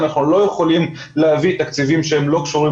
אנחנו לא יכולים להביא תקציבים שהם לא קשורים